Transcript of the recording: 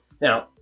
Now